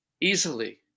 easily